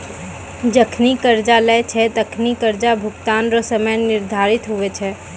जखनि कर्जा लेय छै तखनि कर्जा भुगतान रो समय निर्धारित हुवै छै